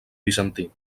bizantí